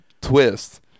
twist